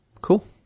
Cool